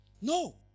No